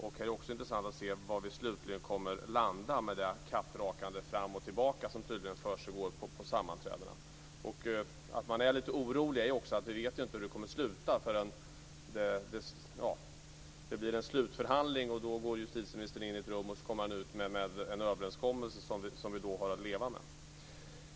Också här blir det intressant att se var vi slutligen landar, med tanke på det kattrakande fram och tillbaka som tydligen försiggår på sammanträdena. En anledning till att man är lite orolig är också att man inte vet hur det slutar förrän det blir en slutförhandling. Justitieministern går då in i ett rum och kommer sedan ut med en överenskommelse som vi då har att leva med.